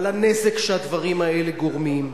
אבל הנזק שהדברים האלה גורמים,